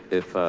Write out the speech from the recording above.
if,